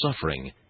suffering